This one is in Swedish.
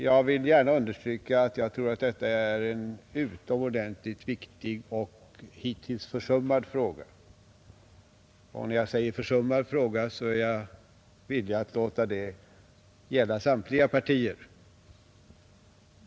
Jag vill gärna understryka att jag tror att detta är en utomordentligt viktig och hittills försummad fråga. När jag säger ”försummad fråga” är jag villig att låta detta gälla samtliga partier.